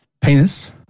Penis